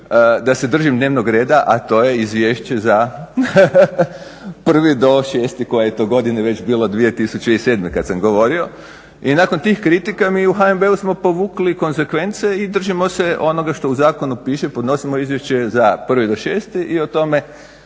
da se držim dnevnog reda, a to je Izvješće za 1. do 6., koje je to godine već bilo, 2007. kad sam govorio. I nakon tih kritika mi u HNB-u smo povukli konsekvence i držimo se onoga što u zakonu piše, podnosimo Izvješće za 1. do 6. i o tome